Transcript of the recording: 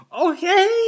okay